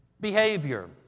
behavior